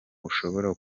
ushobora